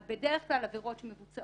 אז בדרך כלל, עבירות שמבוצעות